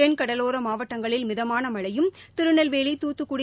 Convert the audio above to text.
தெள்கடலோர மாவட்டங்களில் மினமாக மழையும் திருநெல்வேலி தூத்துக்குடி